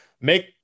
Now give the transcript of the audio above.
make